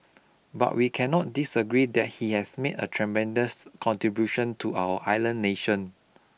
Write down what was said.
but we cannot disagree that he has made a tremendous contribution to our island nation